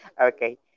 okay